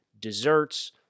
desserts